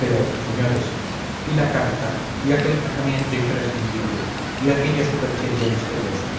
pero señores y la carta y aquel casamiento imprescindible y aquella superchería misteriosa